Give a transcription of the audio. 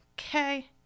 okay